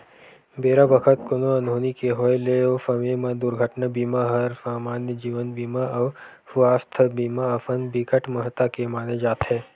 बेरा बखत कोनो अनहोनी के होय ले ओ समे म दुरघटना बीमा हर समान्य जीवन बीमा अउ सुवास्थ बीमा असन बिकट महत्ता के माने जाथे